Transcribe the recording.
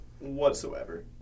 whatsoever